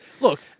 look